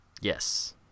Yes